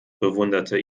bewunderte